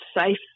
safe